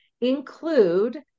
include